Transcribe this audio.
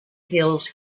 hills